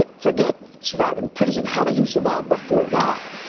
ah forget surviving prison, how did you survive before that?